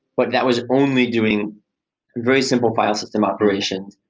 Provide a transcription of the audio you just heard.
but that was only doing very simple file system operations.